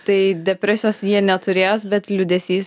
tai depresijos jie neturės bet liūdesys